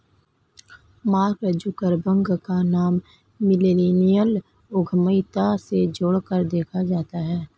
mark Zuckerberg का नाम millennial उद्यमिता से जोड़कर देखा जाता है